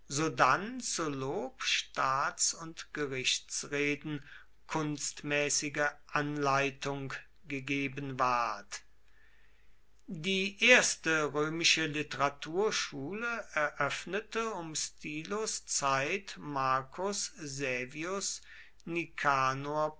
sodann zu lob staats und gerichtsreden kunstmäßige anleitung gegeben ward die erste römische literaturschule eröffnete um stilos zeit marcus saevius